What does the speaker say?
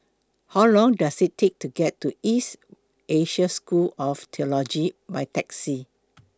How Long Does IT Take to get to East Asia School of Theology By Taxi